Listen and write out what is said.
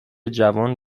جوان